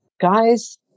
Guys